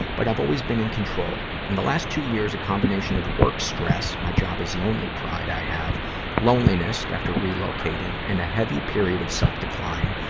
but i've always been in control. in the last two years, a combination of work-stress my job is the only pride i have loneliness, after relocating, and a heavy period of self-decline,